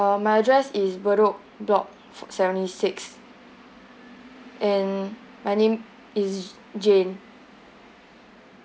uh I uh my address is bedok block fo~ seventy six and my name is jane